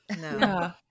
No